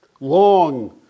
long